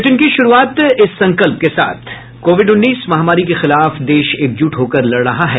bulletin की शुरूआत से पहले ये संकल्प कोविड उन्नीस महामारी के खिलाफ देश एकजुट होकर लड़ रहा है